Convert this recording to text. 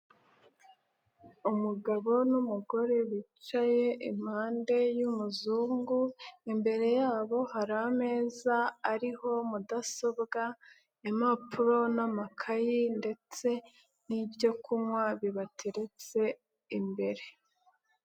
Umugabo n'umugore bicaye impande y'umuzungu, imbere yabo hari ameza ariho mudasobwa, impapuro n'amakayi ndetse n'ibyo kunywa bibateretse imbere.